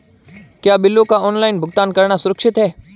क्या बिलों का ऑनलाइन भुगतान करना सुरक्षित है?